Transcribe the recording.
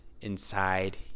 inside